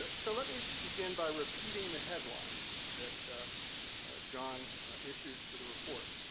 so, let me begin by repeating the headline that john issued for the report.